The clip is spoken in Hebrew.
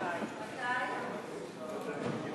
הסביבה בדבר פיצול הצעת חוק לקידום הבנייה